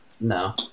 No